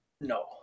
No